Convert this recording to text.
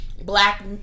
black